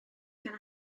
gan